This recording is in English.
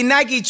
Nike